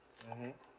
mmhmm